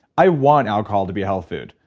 i want alcohol to be a health food.